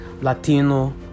Latino